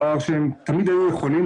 דבר שהם תמיד היו יכולים.